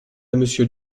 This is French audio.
monsieur